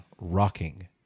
rocking